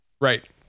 right